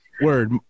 word